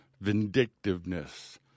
vindictiveness